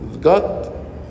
God